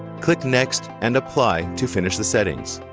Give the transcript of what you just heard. click next and apply to finish the settings.